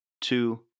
two